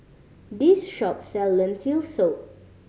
this shop sell Lentil Soup